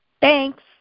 Thanks